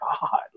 god